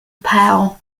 powell